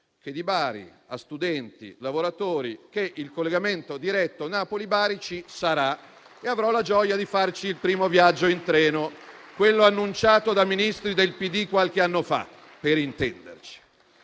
che di Bari, a studenti e a lavoratori, che il collegamento diretto Napoli-Bari ci sarà e avrò la gioia di farci il primo viaggio in treno; quello annunciato da Ministri del PD qualche anno fa, per intenderci.